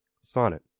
Sonnet